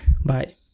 bye